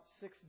six